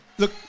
look